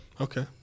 Okay